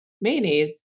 mayonnaise